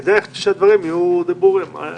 זה כדי שהדברים יהיו ברורים.